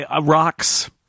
rocks